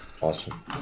Awesome